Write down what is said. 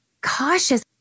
cautious